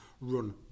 run